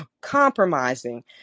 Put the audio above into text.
compromising